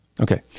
Okay